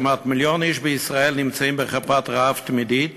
כמעט מיליון איש בישראל נמצאים בחרפת רעב תמידית